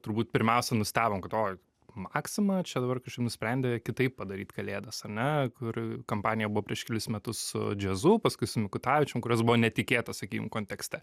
turbūt pirmiausia nustebom kad oi maksima čia dabar nusprendė kitaip padaryt kalėdas ar ne kur kampanija buvo prieš kelis metus su džiazu paskui su mikutavičium kurios buvo netikėtos sakykim kontekste